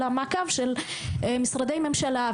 אלא מעקב של משרדי ממשלה,